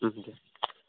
ওম দিয়ক